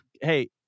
hey